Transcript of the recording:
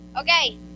Okay